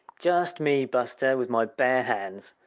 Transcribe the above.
just me, buster, with my bare hands!